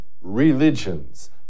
religions